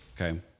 Okay